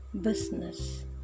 business